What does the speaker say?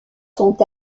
sont